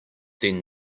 then